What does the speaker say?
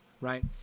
right